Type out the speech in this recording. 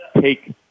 take